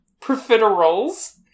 Profiteroles